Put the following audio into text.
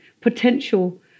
potential